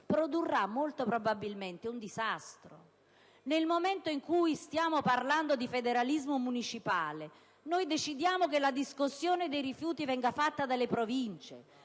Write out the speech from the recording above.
produrrà molto probabilmente un disastro. Si parla di federalismo municipale e decidiamo che la riscossione dei rifiuti venga fatta dalle Province?